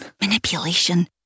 Manipulation